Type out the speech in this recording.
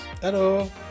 Hello